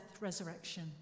resurrection